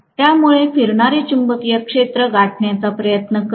त्यामुळे फिरणारे चुंबकीय क्षेत्र गाठण्याचा प्रयत्न करीत आहे